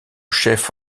chef